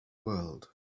world